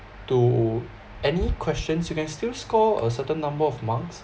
to any questions you can still score a certain number of marks